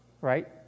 Right